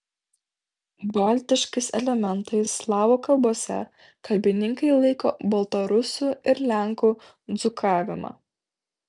baltiškais elementais slavų kalbose kalbininkai laiko baltarusių ir lenkų dzūkavimą